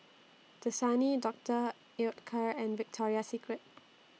Dasani Doctor Oetker and Victoria Secret